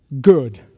Good